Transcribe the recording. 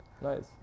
Nice